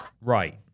Right